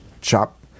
chop